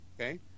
Okay